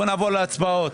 בואו נעבור להצבעות.